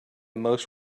most